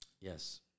Yes